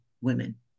women